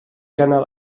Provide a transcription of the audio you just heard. gynnal